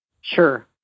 Sure